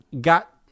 got